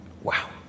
Wow